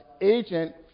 agent